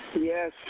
Yes